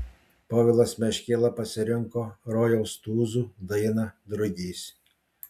povilas meškėla pasirinko rojaus tūzų dainą drugys